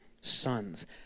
sons